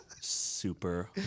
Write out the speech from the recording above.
Super